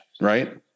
right